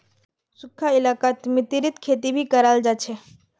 सुखखा इलाकात मतीरीर खेती भी कराल जा छे